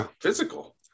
physical